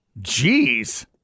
Jeez